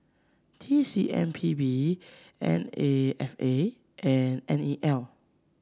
T C M P B N A F A and N E L